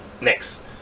Next